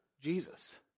Jesus